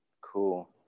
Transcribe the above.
Cool